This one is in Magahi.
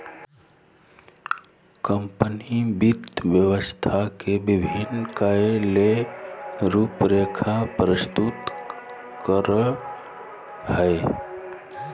कंपनी वित्त व्यवसाय के विभिन्न कार्य ले रूपरेखा प्रस्तुत करय हइ